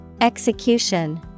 Execution